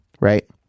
right